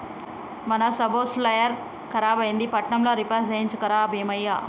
మన సబ్సోయిలర్ ఖరాబైంది పట్నంల రిపేర్ చేయించుక రా బీమయ్య